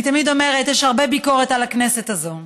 אני תמיד אומרת: יש הרבה ביקורת על הכנסת הזאת,